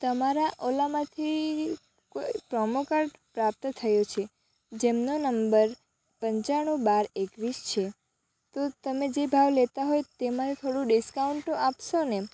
તમારા ઓલામાંથી કોઈ પ્રોમો કાર્ડ પ્રાપ્ત થયું છે જેમનો નંબર પંચાણું બાર એકવીસ છે તો તમે જે ભાવ લેતા હોય તેમાં થોડું ડિસ્કાઉન્ટ આપશો ને